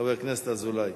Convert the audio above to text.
חבר הכנסת דוד אזולאי,